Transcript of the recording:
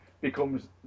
becomes